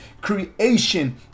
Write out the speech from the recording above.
Creation